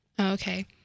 okay